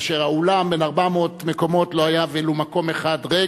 כאשר באולם בן 400 מקומות לא היה אפילו מקום אחד ריק.